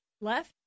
Left